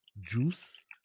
Juice